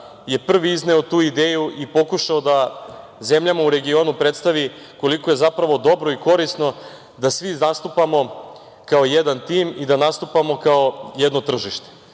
je prvi izneo tu ideju i pokušao da zemljama u regionu predstavi koliko je zapravo dobro i korisno da svi zastupamo kao jedan tim i da nastupamo kao jedno tržište. Neko